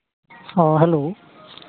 ᱦᱮᱸ ᱦᱮᱞᱳ